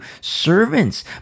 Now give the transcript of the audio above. servants